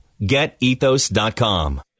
GetEthos.com